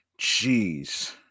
Jeez